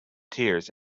tears